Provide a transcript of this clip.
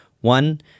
one